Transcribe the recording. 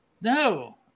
No